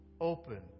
Open